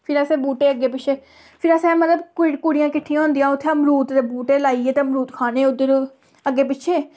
फिर असें बूह्टे अग्गें पिच्छे फ्ही असें मतलब कुड़ियां किट्ठियां होंदियां उ'त्थें मरूद दे बूह्टे लाइये ते मरूद खाने उद्धर अग्गें पिच्छें